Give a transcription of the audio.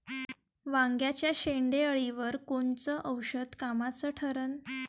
वांग्याच्या शेंडेअळीवर कोनचं औषध कामाचं ठरन?